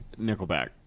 Nickelback